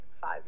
five